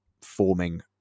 forming